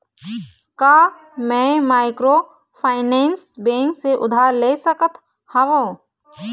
का मैं microfinance bank से उधार ले सकत हावे?